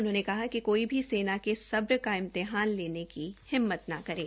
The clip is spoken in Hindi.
उन्होंने कहा कि कोई भी सेना का सब्र का इम्तेहान लेने की सामान हिम्मत न करें